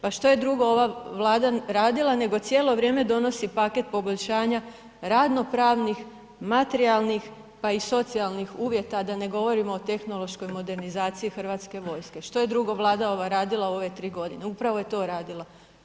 Pa što je drugo ova Vlada radila nego cijelo vrijeme donosi paket poboljšanja radnopravnih, materijalnih, pa i socijalnih uvjeta, da ne govorimo o tehnološkoj modernizaciji hrvatske vojske, što je drugo Vlada ova radila upravo ove 3 godine, upravo je to radila.